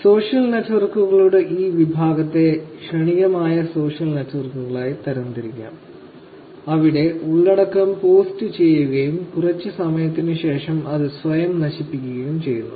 social നെറ്റ്വർക്കുകളുടെ ഈ വിഭാഗത്തെ ക്ഷണികമായ സോഷ്യൽ നെറ്റ്വർക്കുകളായി തരംതിരിക്കാം അവിടെ ഉള്ളടക്കം പോസ്റ്റുചെയ്യുകയും കുറച്ച് സമയത്തിന് ശേഷം അത് സ്വയം നശിപ്പിക്കുകയും ചെയ്യുന്നു